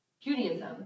Judaism